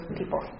people